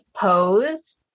Pose